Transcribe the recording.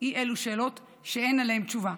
אי אלו שאלות שאין עליהן תשובה.